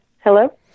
Hello